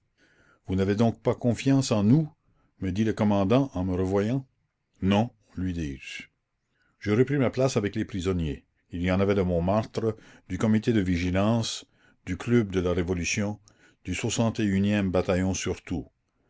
vous n'avez donc pas confiance en nous me dit le commandant en me revoyant non lui dis-je je repris ma place avec les prisonniers il y en avait de montmartre du comité de vigilance du club de la révolution du e bataillon surtout